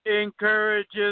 encourages